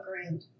grand